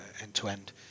end-to-end